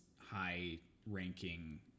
high-ranking